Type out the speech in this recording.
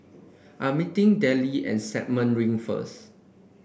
I'm meeting Dellie at Stagmont Ring first